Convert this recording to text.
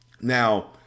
Now